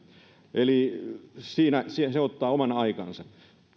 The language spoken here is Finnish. eli se ottaa oman aikansa